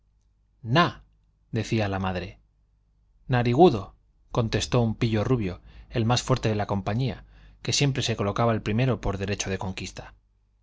decía la madre narigudo contestó un pillo rubio el más fuerte de la compañía que siempre se colocaba el primero por derecho de conquista